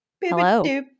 Hello